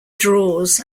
draws